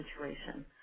situation